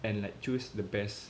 and like choose the best